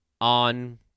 on